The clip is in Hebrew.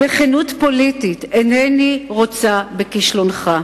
בכנות פוליטית: אינני רוצה בכישלונך.